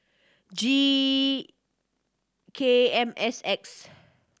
G K M S X